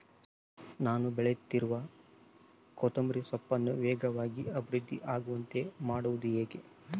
ನಾನು ಬೆಳೆಸುತ್ತಿರುವ ಕೊತ್ತಂಬರಿ ಸೊಪ್ಪನ್ನು ವೇಗವಾಗಿ ಅಭಿವೃದ್ಧಿ ಆಗುವಂತೆ ಮಾಡುವುದು ಹೇಗೆ?